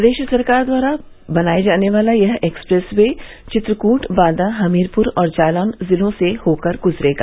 प्रदेश सरकार द्वारा बनाये जाने वाला यह एक्सप्रेस वे चित्रकूट बांदा हमीरपुर और जालौन जिलों से होकर गुजरेगा